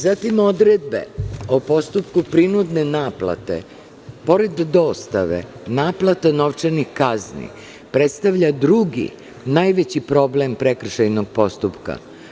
Zatim, odredbe o postupku prinudne naplate, pored dostave, naplata novčanih kazni predstavlja drugi, najveći problem prekršajnog postupka.